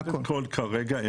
כרגע,